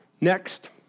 Next